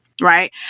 right